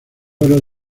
oro